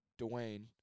Dwayne